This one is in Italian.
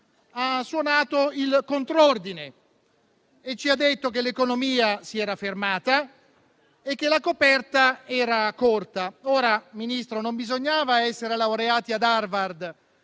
ha suonato il contrordine e ci ha detto che l'economia si era fermata e che la coperta era corta. Ora, signor Ministro, non bisognava essere laureati ad Harvard